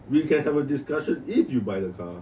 we can have a discussion if you buy the car